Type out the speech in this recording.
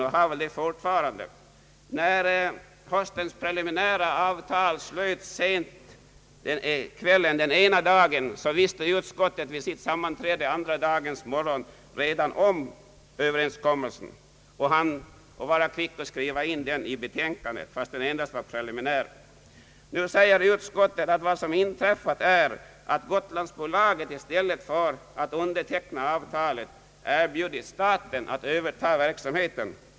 I höstas slöts det preliminära avtalet sent på kvällen den ena dagen, och utskottet visste vid sitt sammanträde nästa morgon redan om Överenskommelsen och hann skriva in den i betänkandet, fastän den endast var preliminär. Nu säger utskottet att vad som inträffat är att Gotlandsbolaget i stället för att underteckna avtalet erbjudit staten att övertaga verksamheten.